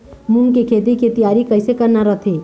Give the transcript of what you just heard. मूंग के खेती के तियारी कइसे करना रथे?